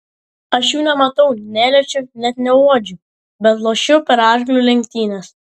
aš jų nematau neliečiu net neuodžiu bet lošiu per arklių lenktynes